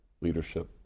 leadership